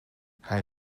hij